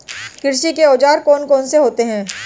कृषि के औजार कौन कौन से होते हैं?